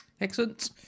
Excellent